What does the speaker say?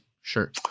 sure